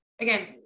again